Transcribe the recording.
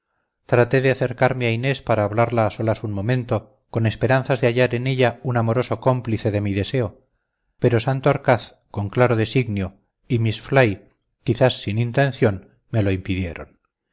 traté de acercarme a inés para hablarla a solas un momento con esperanzas de hallar en ella un amoroso cómplice de mi deseo pero santorcaz con claro designio y miss fly quizás sin intención me lo impidieron